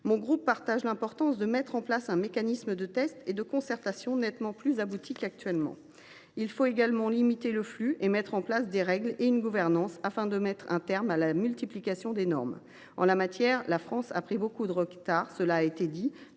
l’idée qu’il est important de mettre en place un mécanisme de test et de concertation nettement plus abouti qu’actuellement. Il faut également limiter le flux et mettre en place des règles et une gouvernance, afin de mettre un terme à la multiplication des normes. Cela a été dit, en la matière, la France a pris beaucoup de retard par rapport